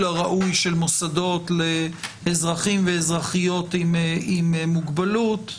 הראוי של מוסדות לאזרחים ואזרחיות עם מוגבלות,